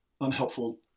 unhelpful